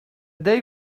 day